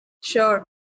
Sure